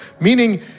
Meaning